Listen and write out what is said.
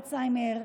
אלצהיימר,